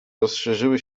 rozszerzyły